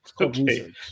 Okay